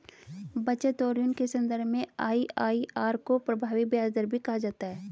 बचत और ऋण के सन्दर्भ में आई.आई.आर को प्रभावी ब्याज दर भी कहा जाता है